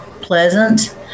pleasant